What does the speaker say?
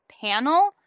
panel